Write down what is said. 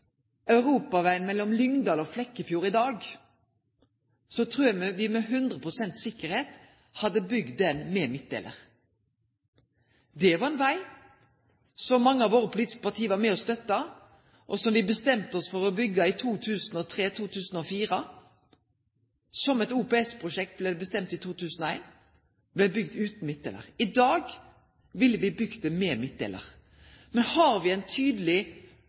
europavegen mellom Lyngdal og Flekkefjord i dag, trur eg me med 100 pst. sikkerheit hadde bygd han med midtdelarar. Det var ein veg som mange av våre politiske parti var med og støtta, og som me bestemte oss for å byggje i 2003–2004. Som eit OPS-prosjekt – blei det bestemt i 2001 – blei det bygd utan midtdelarar. I dag ville me bygd det med midtdelarar. No har me ei tydeleg